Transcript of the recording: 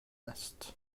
است